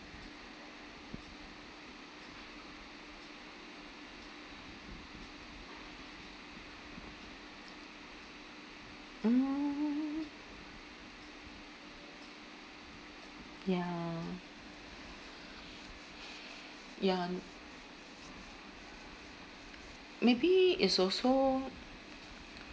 mm ya ya m~ maybe is also